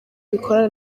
bikorana